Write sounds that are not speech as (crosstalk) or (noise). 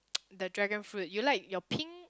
(noise) the dragon fruit you like your pink